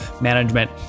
management